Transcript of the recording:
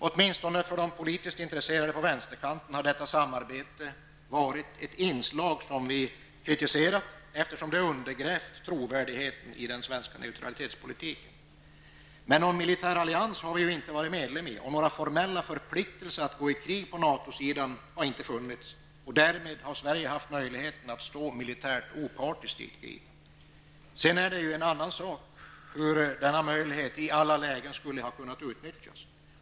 Åtminstone för de politiskt intresserade på vänsterkanten har detta samarbete varit ett inslag som vi kritiserat, eftersom det undergrävt trovärdigheten i den svenska neutralitetspolitiken. Men någon militär allians har vi ju inte varit medlem i och några formella förpliktelser att gå i krig på NATO-sidan har inte funnits. Därmed har Sverige haft möjligheten att stå militärt opartiskt i ett krig. Sedan är det en annan sak hur denna möjlighet i alla lägen skulle ha kunnat utnyttjas.